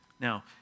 Now